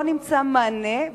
לא נמצא מענה,